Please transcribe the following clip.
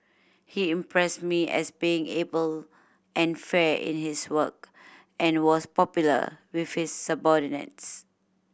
he impressed me as being able and fair in his work and was popular with his subordinates